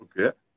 okay